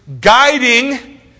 guiding